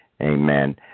amen